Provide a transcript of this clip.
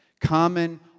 Common